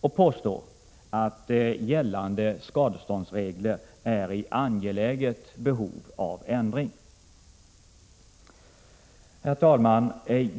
och vi påstår att gällande skadeståndsregler är i angeläget behov av ändring. Herr talman!